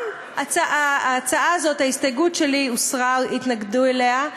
גם ההצעה הזאת, ההסתייגות שלי, הוסרה, התנגדו לה.